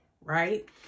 right